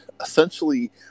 essentially